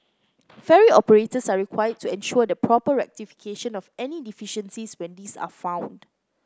ferry operators are required to ensure the proper rectification of any deficiencies when these are found